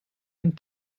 and